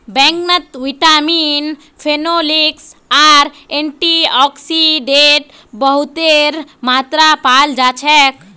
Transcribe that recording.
बैंगनत vitamin, phenolics आर antioxidant बहुतेर मात्रात पाल जा छेक